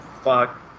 Fuck